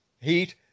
heat